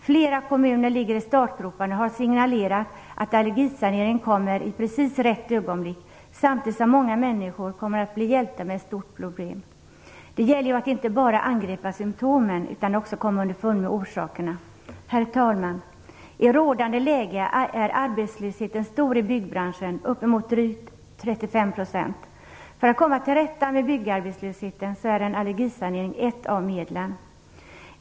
Flera kommuner ligger i startgroparna och har signalerat att allergisaneringen kommer i precis rätt ögonblick samtidigt som många människor kommer att bli hjälpta med ett stort problem. Det gäller ju inte bara att angripa symtomen utan också att komma underfund med orsakerna. Herr talman! I rådande läge är arbetslösheten stor i byggbranschen, uppemot drygt 35 %. Allergisanering är ett av medlen för att komma till rätta med byggarbetslösheten.